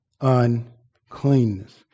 uncleanness